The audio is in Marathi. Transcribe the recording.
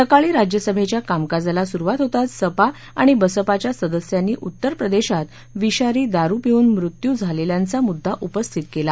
सकाळी राज्यसभेच्या कामकाजाला सुरुवात होताच सपा आणि बसपाच्या सदस्यांनी उत्तरप्रदेशात विषारी दारु पिऊन मृत्यू झालेल्यांचा मुद्दा उपस्थित केला